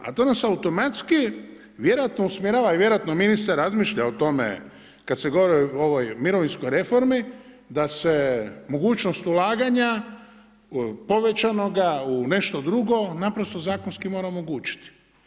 A to nas automatski vjerojatno usmjerava i vjerojatno ministar razmišlja o tome kad se govori o ovoj mirovinskoj reformi da se mogućnost ulaganja povećanoga u nešto drugo naprosto zakonski mora omogućiti.